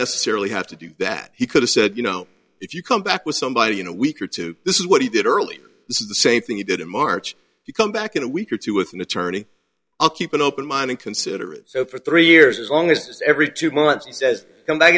necessarily have to do that he could have said you know if you come back with somebody in a week or two this is what he did earlier this is the same thing you did in march you come back in a week or two with an attorney i'll keep an open mind and consider it so for three years as long as every two months he says come back